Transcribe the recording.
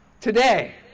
today